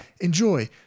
Enjoy